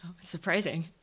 Surprising